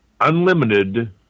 Unlimited